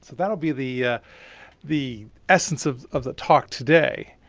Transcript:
that will be the the essence of of the talk today.